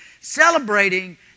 celebrating